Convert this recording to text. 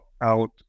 out